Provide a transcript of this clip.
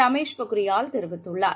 ரமேஷ் பொக்ரியால் தெரிவித்துள்ளார்